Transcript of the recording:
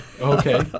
Okay